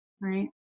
right